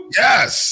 yes